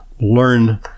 learn